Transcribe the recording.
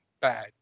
Bad